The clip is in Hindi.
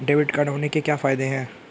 डेबिट कार्ड होने के क्या फायदे हैं?